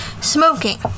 Smoking